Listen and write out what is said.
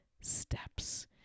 steps